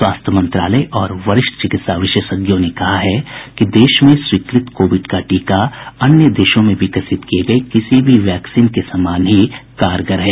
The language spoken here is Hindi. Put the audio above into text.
स्वास्थ्य मंत्रालय और वरिष्ठ चिकित्सा विशेषज्ञों ने कहा है कि देश में स्वीकृत कोविड का टीका अन्य देशों में विकसित किये गए किसी भी वैक्सीन के समान ही कारगर है